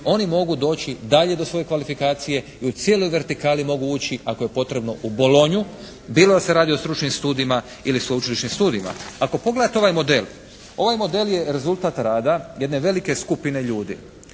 oni mogu doći dalje do svoje kvalifikacije i u cijeloj vertikali mogu ući ako je potrebno u Bolognu, bilo da se radi o stručnim studijima ili sveučilišnim studijima. Ako pogledate ovaj model. Ovaj model je rezultat rada jedne velike skupine ljudi